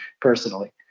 personally